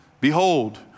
Behold